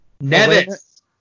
Nevis